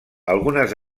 algunes